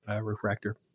refractor